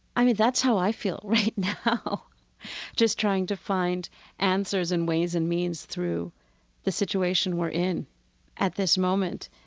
i mean, that's how i feel right now just trying to find answers and ways and means through the situation we're in at this moment.